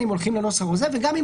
קודם.